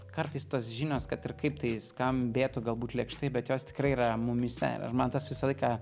kartais tos žinios kad ir kaip tai skambėtų galbūt lėkštai bet jos tikrai yra mumyse ir man tas visą laiką